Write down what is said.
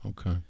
okay